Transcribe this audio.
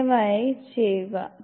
ദയവായി ചെയ്യുക